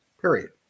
period